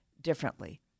differently